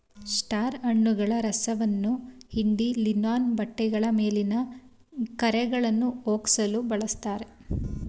star ಹಣ್ಣುಗಳ ರಸವನ್ನ ಹಿಂಡಿ ಲಿನನ್ ಬಟ್ಟೆಗಳ ಮೇಲಿನ ಕರೆಗಳನ್ನಾ ಹೋಗ್ಸಲು ಬಳುಸ್ತಾರೆ